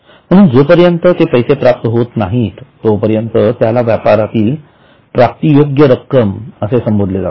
म्हणून जोपर्यंत पैसे प्राप्त होत नाहीत तोपर्यंत त्याला व्यापारातील प्राप्तियोग्य रक्कम असे संबोधले जाते